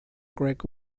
greg